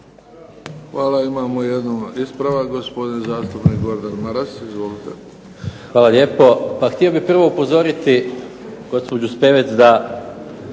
Hvala. Imamo jedan ispravak, gospodin zastupnik Gordan Maras. Izvolite.